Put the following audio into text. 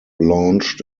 launched